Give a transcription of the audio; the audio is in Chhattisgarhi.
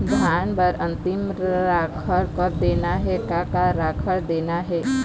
धान बर अन्तिम राखर कब देना हे, का का राखर देना हे?